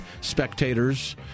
spectators